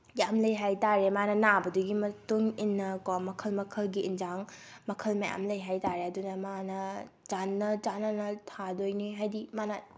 ꯌꯥꯝ ꯂꯩ ꯍꯥꯏ ꯇꯥꯔꯦ ꯃꯥꯅ ꯅꯥꯕꯗꯨꯒꯤ ꯃꯇꯨꯡ ꯏꯟꯅ ꯀꯣ ꯃꯈꯜ ꯃꯈꯜꯒꯤ ꯌꯦꯟꯁꯥꯡ ꯃꯈꯜ ꯃꯌꯥꯝ ꯂꯩ ꯍꯥꯏ ꯇꯥꯔꯦ ꯑꯗꯨꯅ ꯃꯥꯅ ꯆꯥꯟꯅ ꯆꯥꯟꯅ ꯊꯥꯗꯣꯏꯅꯤ ꯍꯥꯏꯕꯗꯤ ꯃꯥꯅ